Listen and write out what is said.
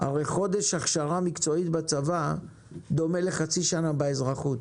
הרי חודש הכשרה מקצועית בצבא דומה לחצי שנה באזרחות.